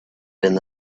and